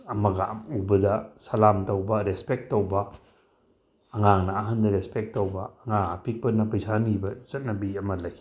ꯑꯃꯒ ꯎꯕꯗ ꯁꯂꯥꯝ ꯇꯧꯕ ꯔꯦꯁꯄꯦꯛ ꯇꯧꯕ ꯑꯉꯥꯡꯅ ꯑꯍꯜꯗ ꯔꯦꯁꯄꯦꯛ ꯇꯧꯕ ꯑꯉꯥꯡ ꯑꯄꯤꯛꯄꯅ ꯄꯩꯁꯥ ꯅꯤꯕꯒꯤ ꯆꯠꯅꯕꯤ ꯑꯃ ꯂꯩ